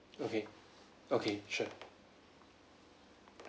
okay okay sure